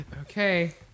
Okay